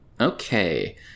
Okay